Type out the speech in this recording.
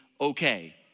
okay